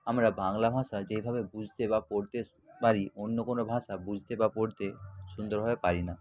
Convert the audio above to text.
আমরা বাংলা ভাষা যেইভাবে বুঝতে বা পড়তে পারি অন্য কোনো ভাষা বুঝতে বা পড়তে সুন্দরভাবে পারি না